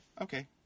okay